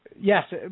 yes